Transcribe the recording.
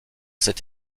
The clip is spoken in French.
cette